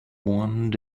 warned